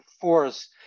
force